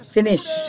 Finish